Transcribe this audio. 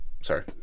Sorry